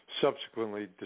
subsequently